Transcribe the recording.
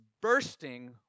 bursting